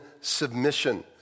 submission